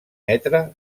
metre